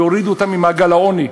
יורידו אותם ממעגל העוני.